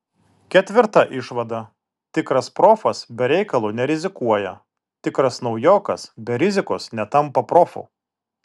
ketvirta išvada tikras profas be reikalo nerizikuoja tikras naujokas be rizikos netampa profu